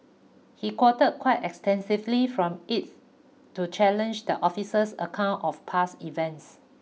he quoted quite extensively from it to challenge the officer's account of past events